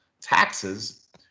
taxes